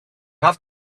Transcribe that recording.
have